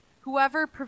Whoever